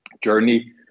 journey